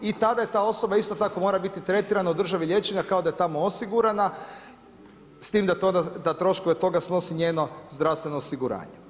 I tada je ta osoba isto tako mora biti tretirana u državi liječenja kao da je tamo osigurana s tim da troškove toga snosi njeno zdravstveno osiguranje.